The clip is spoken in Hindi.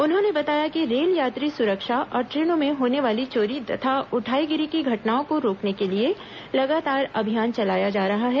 उन्होंने बताया कि रेल यात्री सुरक्षा और ट्रेनों में होने वाली चोरी तथा उठाईगिरी की घटनाओं को रोकने के लिए लगातार अभियान चलाया जा रहा है